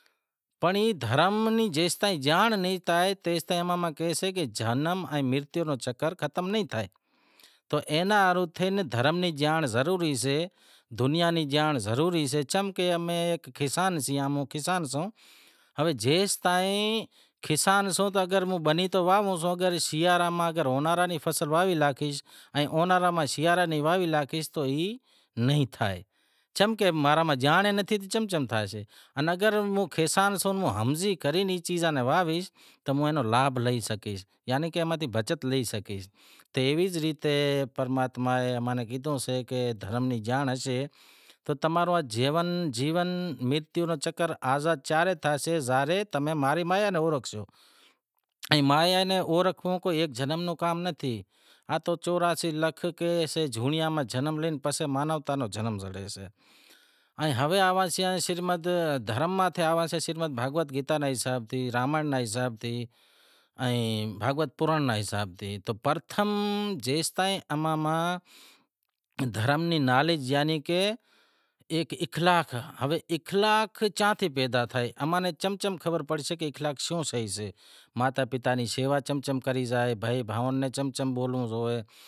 پنڑ دھرم نیں جیستائیں جانڑ نیں تھائے تیستائیں اماں ماں کہیسے کہ جنم ائیں مرتیو رو چکر ختم نیں تھے تو اینا ہاروں تھے دھرم ری جانڑ ضروری سے، دنیا ری جانڑ ضروری سے چمکہامیں اہیک کسان سیئاں، موں کسان سوں ہوے جیستائیں کسان سو تو بنی تو واہووسوں پنڑ اونہاراں میں شیاراں ری فصل واہوی ناکھیس شیاراں میں اونہاراں ری فصل واہوی ناکھیس تو ای نہیں تھے چمکہ ماں میں جانڑ ئی نتھی تو چم چم تھیشے؟ اگر موں کشان ساں ایئاں چیزان نیں ہمزی واہویس تو ہوں ایئاں چیزان رو لابھ لہی شگیس، تے ایویج ریت پرماتما امیں کیدہو سے کہ دھرم ری جانڑ راکھیش تو تماری جیون مرتیو ماں آزاد تھیشو زاں رے ماں ری مایا ناں اوڑکھشو، ایئں مایا ناں اوڑکھنڑ ایک جنم رو کام ناں تھی، آتو چوراسی لاکھ جونڑیوں ماں جنم لے پسے مانو رو جنم تھیو، ائیں ہوے آواسیئاں دھرم ماتھے شریمد بھاگوت گیتا رے حساب تی، رامائینڑ رے حساب تی، ائیں بھاگوت پرانڑ رے حساب تی تو پرتھم جیستائیں اماں ماں دھرم ری نالیج یعنی ایک اخلاق، اخلاق چاں تھے پیدا تھے، اماں نیں چم چم خبر پڑسے کہ اخلاق شوں سے، ماتا پتا ری شیوا شوں کری زائے، بھائی بیہناں نیں چم چم بولنڑو زووئے۔